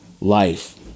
life